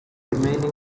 remaining